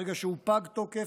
ברגע שהוא פג תוקף,